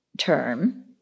term